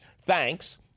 Thanks